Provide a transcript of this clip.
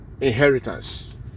inheritance